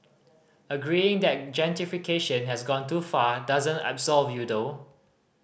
agreeing that has gone too far doesn't absolve you though